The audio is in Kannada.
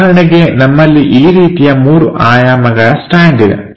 ಉದಾಹರಣೆಗೆ ನಮ್ಮಲ್ಲಿ ಈ ರೀತಿಯ ಮೂರು ಆಯಾಮಗಳ ಸ್ಟ್ಯಾಂಡ್ ಇದೆ